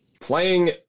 playing